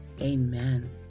Amen